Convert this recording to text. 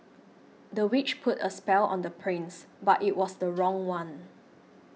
the witch put a spell on the prince but it was the wrong one